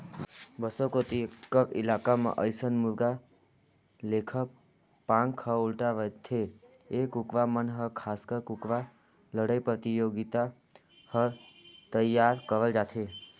बस्तर कोती कर इलाका म अइसन मुरगा लेखर पांख ह उल्टा रहिथे ए कुकरा मन हर खासकर कुकरा लड़ई परतियोगिता बर तइयार करल जाथे